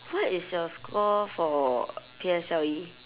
what is your score for P S L E